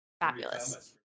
Fabulous